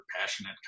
passionate